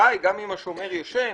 גם אם השומר ישן,